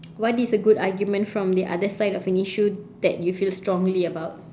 what is a good argument from the other side of an issue that you feel strongly about